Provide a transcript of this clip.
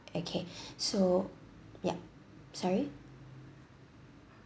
okay so yup sorry